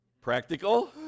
practical